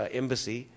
embassy